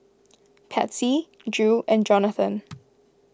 Patsy Drew and Jonathon